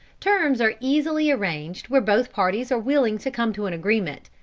terms are easily arranged where both parties are willing to come to an agreement.